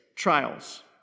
Trials